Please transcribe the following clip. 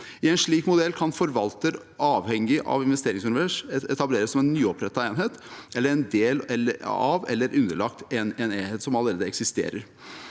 I en slik modell kan forvalter, avhengig av investeringsunivers, etableres som en nyopprettet enhet, eller som en del av eller underlagt en enhet som allerede eksisterer.